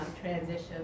transition